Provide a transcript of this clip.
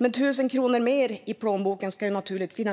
Men 1 000 kronor mer i plånboken ska naturligtvis